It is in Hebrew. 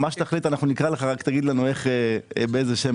מה שתחליט נקרא לך, רק תחליט באיזה שם.